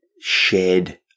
shared